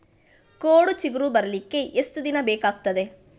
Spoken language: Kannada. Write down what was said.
ಕೋಡು ಚಿಗುರು ಬರ್ಲಿಕ್ಕೆ ಎಷ್ಟು ದಿನ ಬೇಕಗ್ತಾದೆ?